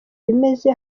imeze